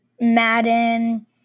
Madden